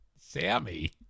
Sammy